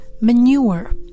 manure